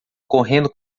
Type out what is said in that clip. correndo